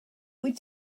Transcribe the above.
wyt